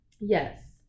Yes